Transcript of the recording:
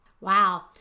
Wow